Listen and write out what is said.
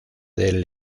del